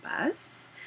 Bus